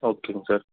ஓகேங்க சார்